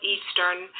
Eastern